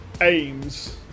aims